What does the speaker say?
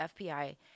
FBI